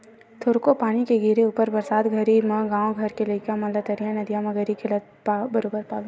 थोरको पानी के गिरे ऊपर म बरसात घरी म गाँव घर के लइका मन ला तरिया नदिया म गरी खेलत बरोबर पाबे